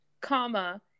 Comma